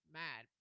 mad